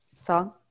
song